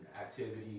activity